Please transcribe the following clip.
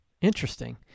Interesting